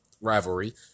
rivalry